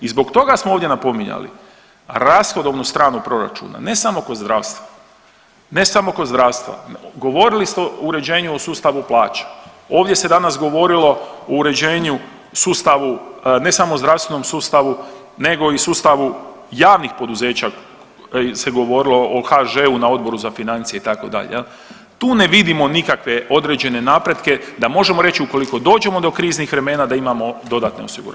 I zbog toga smo ovdje napominjali, rashodovnu stranu proračuna ne samo kod zdravstva, govorili ste o uređenju u sustavu plaća, ovdje se danas govorilo o uređenju sustavu ne samo zdravstvenom sustavu nego i sustavu javnih poduzeća se govorilo o HŽ-u na Odboru za financije itd., tu ne vidimo nikakve određene napretke da možemo reći da ukoliko dođemo do kriznih vremena da imamo dodatne osigurače.